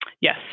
Yes